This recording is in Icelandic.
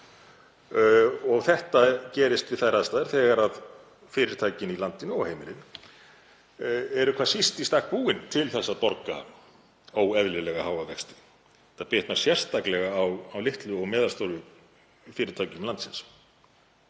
Þetta gerist við þær aðstæður þegar fyrirtækin í landinu og heimilin eru hvað síst í stakk búin til að borga óeðlilega háa vexti. Þetta bitnar sérstaklega á litlu og meðalstóru fyrirtækjum landsins.